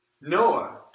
Noah